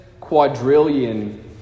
quadrillion